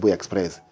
Express